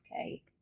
okay